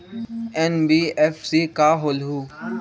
NBFC का होलहु?